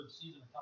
season